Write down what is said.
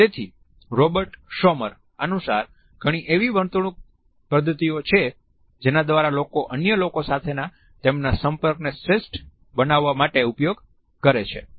તેથી Robert Sommer અનુસાર ઘણી એવી વર્તણૂક પદ્ધતિઓ છે જેના દ્વારા લોકો અન્ય લોકો સાથેના તેમના સંપર્કને શ્રેષ્ઠ બનાવવા માટે ઉપયોગ કરે છે